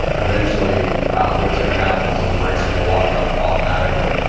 and eventually what's going to happen is those brakes are going to lock up automatically,